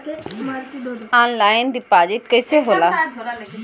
Online deposit कैसे होला?